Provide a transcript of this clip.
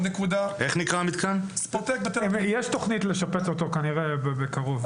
יש תוכנית לשפץ אותו כנראה בקרוב.